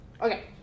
Okay